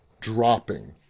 dropping